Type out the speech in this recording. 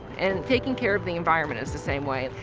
and taking care of the environment is the same way.